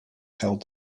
held